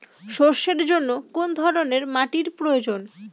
সরষের জন্য কোন ধরনের মাটির প্রয়োজন?